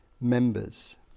members